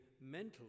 mental